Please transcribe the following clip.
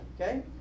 okay